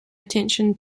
attention